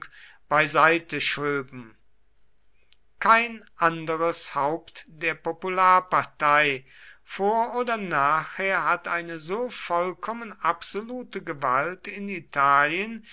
beiseite schöben kein anderes haupt der popularpartei vor oder nachher hat eine so vollkommen absolute gewalt in italien